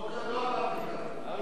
לא אמרתי כך, אל תסלף, אל תשקר.